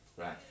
right